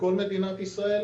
גם בכללי הדמוקרטיה,